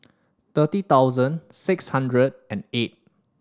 thirty thousand six hundred and eight